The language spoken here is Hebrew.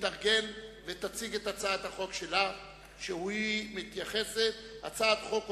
ותועבר להכנתה לקריאה ראשונה בוועדת, הכלכלה.